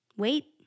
Wait